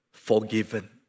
Forgiven